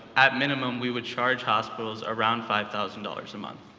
at minimum, we would charge hospitals around five thousand dollars a month.